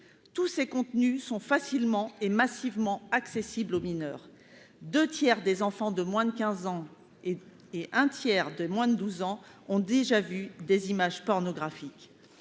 tous ces contenus sont facilement et massivement accessible aux mineurs, 2 tiers des enfants de moins de 15 ans et et un tiers de moins de 12 ans ont déjà vu des images pornographiques,